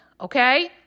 Okay